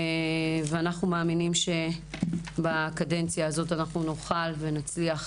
ואנחנו מאמינים שבקדנציה הזאת אנחנו נוכל ונצליח